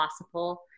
possible